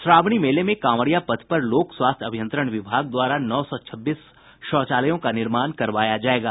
श्रावणी मेले में कांवरिया पथ पर लोक स्वास्थ्य अभियंत्रण विभाग द्वारा नौ सौ छब्बीस शौचालयों का निर्माण करवाया जायेगा